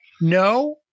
no